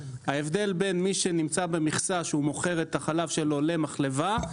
הבדל בין מי שנמצא במכסה ומוכר את החלב שלו למחלבה,